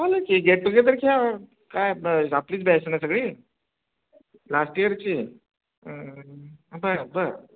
होईल की गेटटुगेदर घ्या तर काय ब आपलीच बॅच आहे ना सगळी लास्ट इयरची आहे बरं बरं